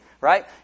right